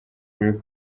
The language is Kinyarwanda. buriri